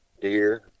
deer